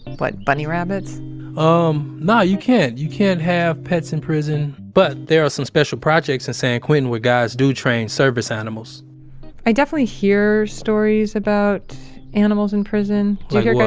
what, bunny rabbits um, nah. you can't. you can't have pets in prison but there are some special projects in san quentin where guys do train service animals i definitely hear stories about animals in prison like what? yeah